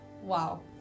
Wow